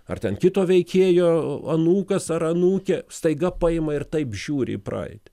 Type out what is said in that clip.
ar ten kito veikėjo anūkas ar anūkė staiga paima ir taip žiūri į praeitį